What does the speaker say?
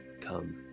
come